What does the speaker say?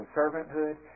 servanthood